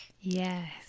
Yes